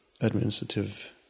administrative